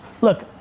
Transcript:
Look